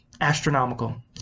astronomical